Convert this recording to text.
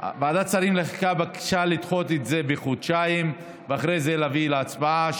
ועדת שרים לחקיקה ביקשה לדחות את זה בחודשיים ואחרי זה להביא להצבעה.